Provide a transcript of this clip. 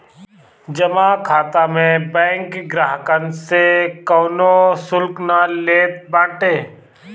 जमा खाता में बैंक ग्राहकन से कवनो शुल्क ना लेत बाटे